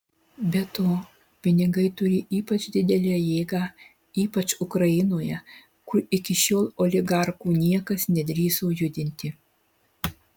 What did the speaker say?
be to pinigai turi ypač didelę jėgą ypač ukrainoje kur iki šiol oligarchų niekas nedrįso judinti